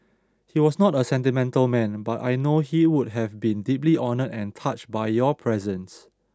he was not a sentimental man but I know he would have been deeply honoured and touched by your presence